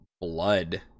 blood